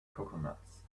coconuts